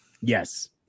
yes